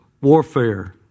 warfare